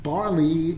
Barley